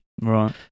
Right